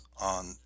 on